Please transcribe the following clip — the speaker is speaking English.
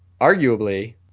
arguably